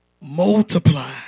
Multiply